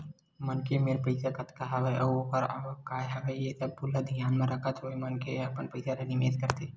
मनखे मेर पइसा कतका हवय अउ ओखर आवक काय हवय ये सब्बो ल धियान म रखत होय मनखे ह अपन पइसा ल निवेस करथे